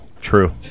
True